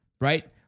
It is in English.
right